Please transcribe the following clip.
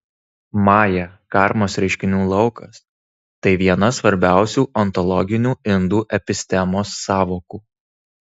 maja karmos reiškinių laukas tai viena svarbiausių ontologinių indų epistemos sąvokų